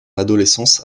adolescence